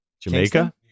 Jamaica